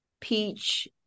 peach